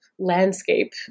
landscape